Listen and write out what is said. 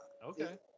Okay